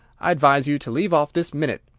i advise you to leave off this minute!